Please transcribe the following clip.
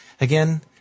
Again